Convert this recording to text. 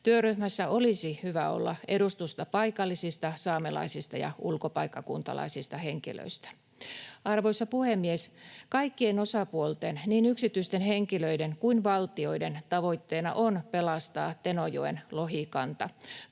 Työryhmässä olisi hyvä olla edustusta paikallisista saamelaisista ja ulkopaikkakuntalaisista henkilöistä. Arvoisa puhemies! Kaikkien osapuolten, niin yksityisten henkilöiden kuin valtioiden, tavoitteena on pelastaa Tenojoen lohikanta.